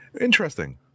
Interesting